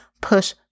push